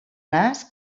nas